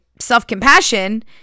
self-compassion